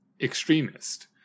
extremist